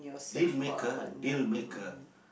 dealmaker dealmaker